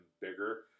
bigger